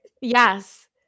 Yes